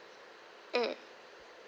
mm